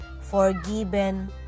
forgiven